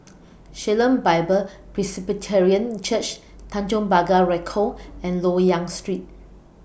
Shalom Bible Presbyterian Church Tanjong Pagar Ricoh and Loyang Street